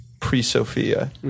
pre-Sophia